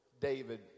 David